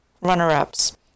runner-ups